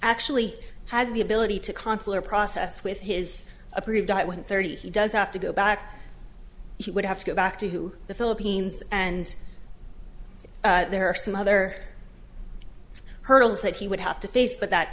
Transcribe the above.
actually has the ability to consular process with his approved at one thirty he does have to go back he would have to go back to who the philippines and there are some other hurdles that he would have to face but that